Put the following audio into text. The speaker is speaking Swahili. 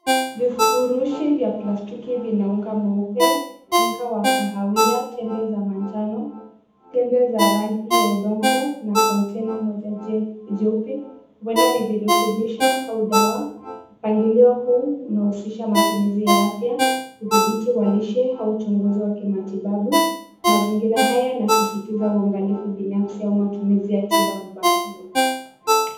Vifurishi vya plastiki vina unga meupe, unga wa kahawia, tembe za manjano, tembe za rangi ya udongo na kontena moja jeupe. Huenda ni virutubisho au dawa. Mpangilio huu una husisha matumizi ya afya, udhibiti wa lishe au uchunguzi wa kimatibabu. Mazingira haya na sisitiza uangalifu binafsi au matumizi ya tiba mbadala.